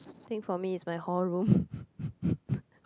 think for me is my hall room